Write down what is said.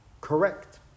correct